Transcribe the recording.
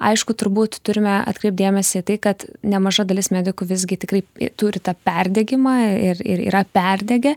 aišku turbūt turime atkreipt dėmesį į tai kad nemaža dalis medikų visgi tikrai turi tą perdegimą ir ir yra perdegę